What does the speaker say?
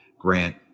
Grant